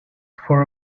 for